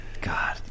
God